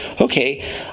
okay